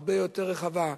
הרבה יותר רחבה,